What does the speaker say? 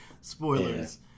Spoilers